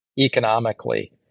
economically